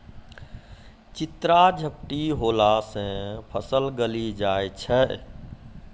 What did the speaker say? चित्रा झपटी होला से फसल गली जाय छै?